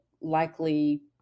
likely